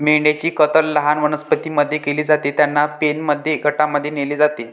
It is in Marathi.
मेंढ्यांची कत्तल लहान वनस्पतीं मध्ये केली जाते, त्यांना पेनमध्ये गटांमध्ये नेले जाते